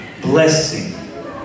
blessing